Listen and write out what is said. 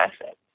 asset